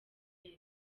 neza